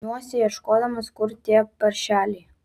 stumiuosi ieškodamas kur tie paršeliai